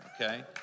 okay